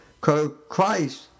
Christ